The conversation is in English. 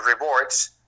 rewards